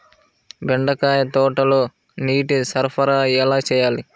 బెండకాయ తోటలో నీటి సరఫరా ఎలా చేయాలి?